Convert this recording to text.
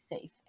safe